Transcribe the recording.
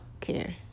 care